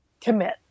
commit